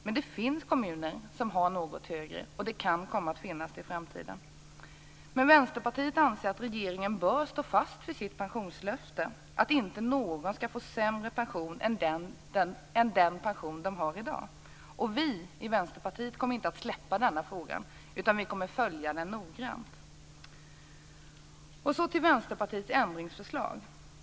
Men det finns kommuner som har en något högre skatt, och det kan komma att finnas det i framtiden. Vänsterpartiet anser att regeringen bör stå fast vid sitt pensionslöfte - att inte någon skall få sämre pension än den pension de har i dag. Vi i Vänsterpartiet kommer inte att släppa denna fråga utan följa den noggrant. Så till Vänsterpartiets ändringsförslag.